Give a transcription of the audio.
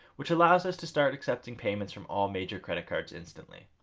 which allows us to start accepting payments from all major credit cards instantly.